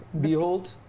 behold